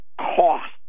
cost